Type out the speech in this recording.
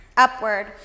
Upward